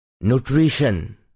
Nutrition